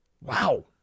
Wow